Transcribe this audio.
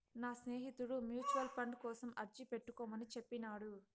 నా స్నేహితుడు mutual fund కోసం అర్జీ పెట్టుకోమని చెప్పినాడు